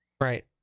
Right